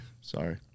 Sorry